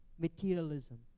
Materialism